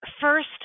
First